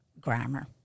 grammar